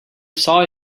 saw